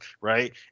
right